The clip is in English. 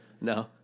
no